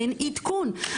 אין עדכון.